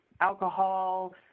alcohol